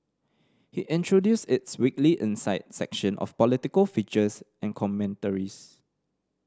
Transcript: he introduced its weekly Insight section of political features and commentaries